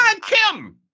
Kim